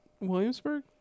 Williamsburg